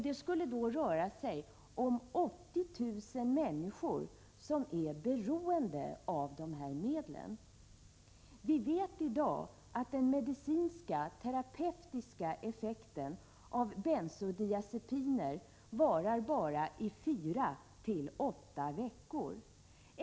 Det skulle då röra sig om 80 000 människor som har ett beroende av medicin. Vi vet i dag att den medicinska/terapeutiska effekten av bensodiazepiner bara varar fyra till åtta veckor.